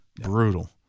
Brutal